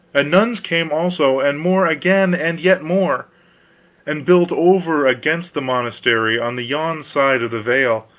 and nuns came, also and more again, and yet more and built over against the monastery on the yon side of the vale,